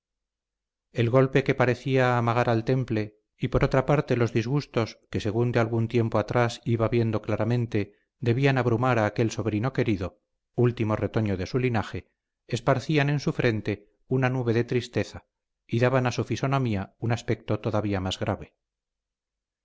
el golpe que parecía amagar al temple y por otra parte los disgustos que según de algún tiempo atrás iba viendo claramente debían abrumar a aquel sobrino querido último retoño de su linaje esparcían en su frente una nube de tristeza y daban a su fisonomía un aspecto todavía más grave